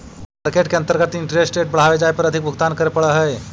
market के अंतर्गत interest rate बढ़वे जाए पर अधिक भुगतान करे पड़ऽ हई